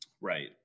Right